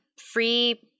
free